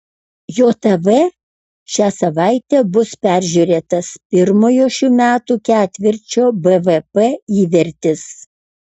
jav šią savaitę bus peržiūrėtas pirmojo šių metų ketvirčio bvp įvertis